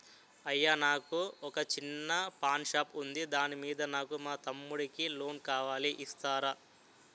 అయ్యా నాకు వొక చిన్న పాన్ షాప్ ఉంది దాని మీద నాకు మా తమ్ముడి కి లోన్ కావాలి ఇస్తారా?